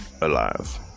alive